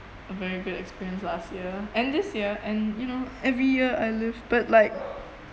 a very good experience last year and this year and you know every year I live but like